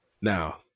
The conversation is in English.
Now